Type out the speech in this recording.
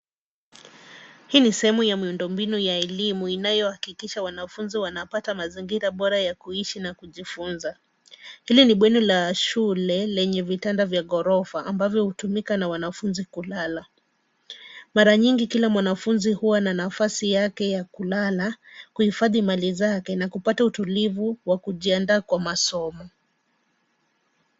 Hii ni sehemu ya miundo mbinu ya elimu inayohakikisha wanafunzi wanapata mazingira bora ya kuishi na kujifunza. Hili ni bweni la shule lenye vitanda vya ghorofa ambavyo hutumika na wanafunzi kulala. Mara nyingi kila mwanafunzi huwa na nafasi yake ya kulala, kuhifadhi mali zake na kupata utulivu wa kujiandaa kwa masomo.